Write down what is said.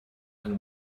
and